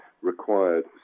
required